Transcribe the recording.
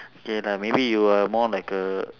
K lah maybe you are more like a